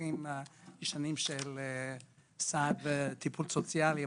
מונחים ישנים של סעד וטיפול סוציאלי,